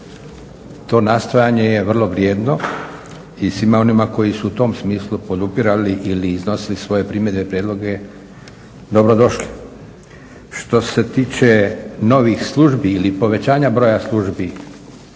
To nastojanje je vrlo vrijedno i svima onima koji su u tom smislu podupirali ili iznosili svoje primjedbe, prijedloge dobro došli. Što se tiče novih službi ili povećanja broja službi